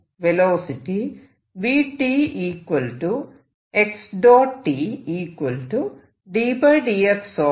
velocity ആണ്